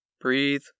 breathe